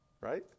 right